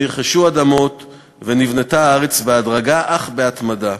נרכשו אדמות ונבנתה הארץ בהדרגה אך בהתמדה,